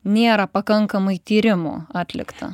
nėra pakankamai tyrimų atlikta